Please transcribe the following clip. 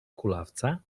kulawca